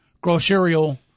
grocery